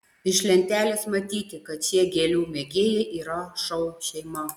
iš lentelės matyti kad šie gėlių mėgėjai yra šou šeima